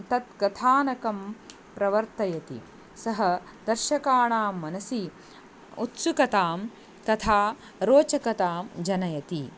तत् कथानकं प्रवर्तयति सः दर्शकाणां मनसि उत्सुकतां तथा रोचकतां जनयति